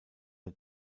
der